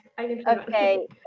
Okay